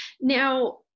Now